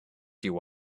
you